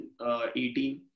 2018